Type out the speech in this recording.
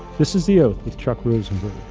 this is the oath with chuck rosenberg.